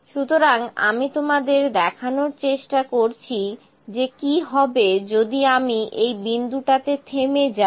সুতরাং আমি তোমাদের দেখানোর চেষ্টা করছি যে কি হবে যদি আমি এই বিন্দুটাতে থেমে যাই